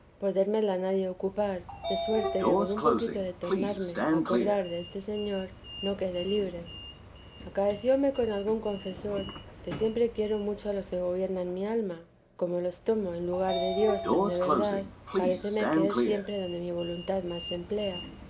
podérmela nadie ocupar de suerte que con un poquito de tornarme a acordar deste señor no quede libre acaecióme con algún confesor que siempre quiero mucho a los que gobiernan mi alma como los tomo en lugar de dios tan de verdad paréceme que es siempre donde rni voluntad más se emplea